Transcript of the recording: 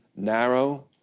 Narrow